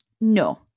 no